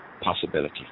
possibility